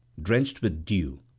drenched with dew,